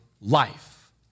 life